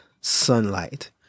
sunlight